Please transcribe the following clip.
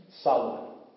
Solomon